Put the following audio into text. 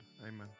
Amen